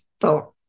thought